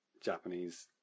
Japanese